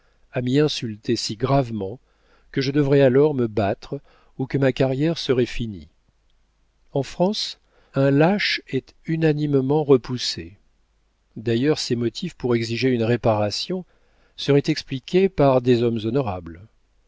à m'y insulter si gravement que je devrais alors me battre ou que ma carrière serait finie en france un lâche est unanimement repoussé d'ailleurs ses motifs pour exiger une réparation seraient expliqués par des hommes honorables